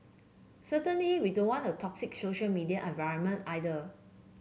certainly we don't want a toxic social media environment either